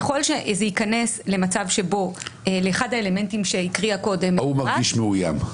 ככל שזה ייכנס לאחד האלמנטים שהקריאה קודם אפרת --- הוא מרגיש מאוים.